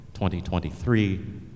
2023